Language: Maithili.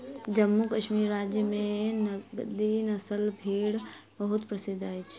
जम्मू कश्मीर राज्य में गद्दी नस्लक भेड़ बहुत प्रसिद्ध अछि